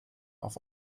auf